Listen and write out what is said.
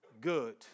good